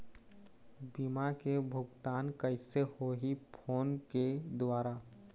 बीमा के भुगतान कइसे होही फ़ोन के द्वारा?